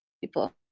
people